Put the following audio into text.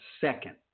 second